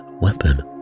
weapon